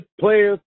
players